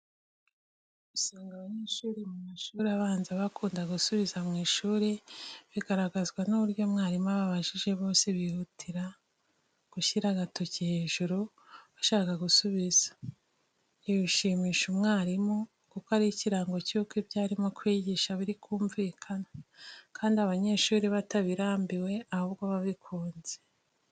Usanga abanyeshuri mu mashuri abanza bakunda gusubiza mu ishuri, bigaragazwa n’uburyo mwarimu ababajije bose bihutira gushyira agatoki hejuru, bashaka gusubiza. Ibi bishimisha umwarimu, kuko ari ikirango cy’uko ibyo arimo kwigisha biri kumvikana, kandi abanyeshuri batabirambiwe, Ahubwo babikunze.